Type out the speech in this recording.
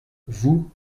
vous